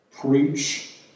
Preach